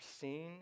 seen